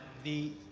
the